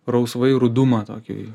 rausvai rudumą tokį